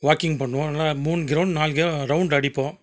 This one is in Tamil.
வாக்கிங் பண்ணுவோம் நல்லா மூணு கிரௌண்ட் நாலு ரவுண்ட் அடிப்போம்